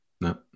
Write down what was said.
No